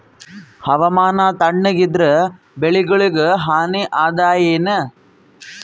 ಹವಾಮಾನ ತಣುಗ ಇದರ ಬೆಳೆಗೊಳಿಗ ಹಾನಿ ಅದಾಯೇನ?